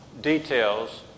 details